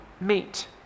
meet